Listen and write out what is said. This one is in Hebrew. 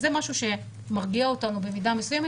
זה משהו שמרגיע אותנו במידה מסוימת,